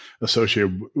associated